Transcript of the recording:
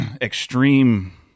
extreme